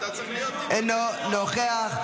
אינו נוכח,